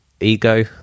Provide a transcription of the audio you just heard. ego